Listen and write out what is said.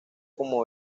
como